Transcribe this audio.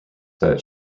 that